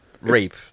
rape